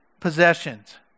possessions